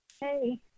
Hey